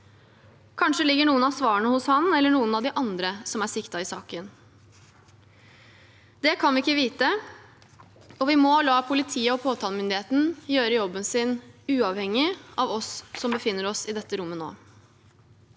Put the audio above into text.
Kanskje ligger noen av svarene hos ham, eller hos noen av de andre som er siktet i saken. Det kan vi ikke vite, og vi må la politiet og påtalemyndigheten gjøre jobben sin uavhengig av oss som befinner oss i dette rommet nå.